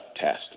test